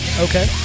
Okay